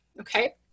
okay